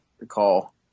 recall